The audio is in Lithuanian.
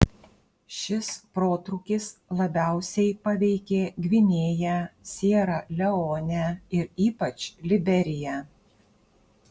šis protrūkis labiausiai paveikė gvinėją siera leonę ir ypač liberiją